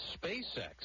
SpaceX